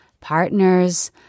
partners